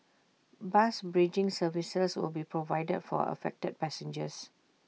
bus bridging services will be provided for affected passengers